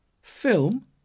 Film